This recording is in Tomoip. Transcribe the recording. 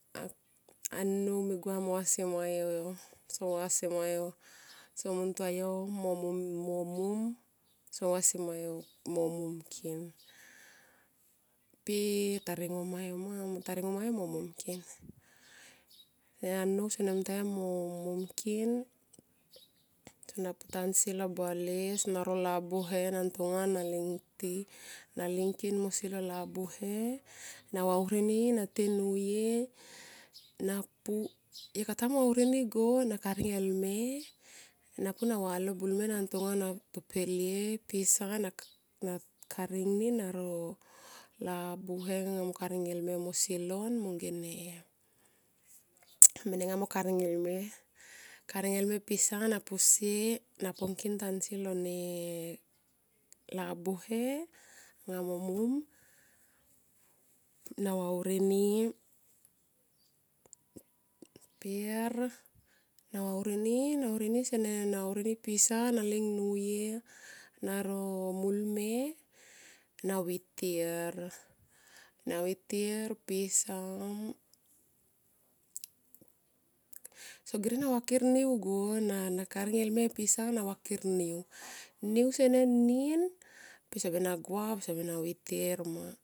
A nnou me gua mo vasima yo so vasima yo so mungtua yo mo mom so vasimo mo mom ngkin pe taringomayo ma taringomayo mo mom ngkin. Annou sene mungtua yo mo mom ngkin sona pu tansi lo bale yo sona ro labuhe na ntonga na lingit na ling ngkin mosi lo labuhe pe na vauri ni nateniuye napu, yokata mui vauri ni go, na karing elme napu na valo bulme na ntonga nato pelie pisa na karing ni ro labuhe anga mo karing elme mosilon monge ne menenga mo karing e lme karing elme pisa na posie na po ngkin tansi lone ne labuhe anga mo mom na vauri ni per navaurini senen na vaurirni pisa sona ling nuye naro mulme na vitir na vitir pisa so gerena vakir niu go na karing e lme pisa na vakir niu, niu senen in pe sobena gua pe sobe na vitir ma.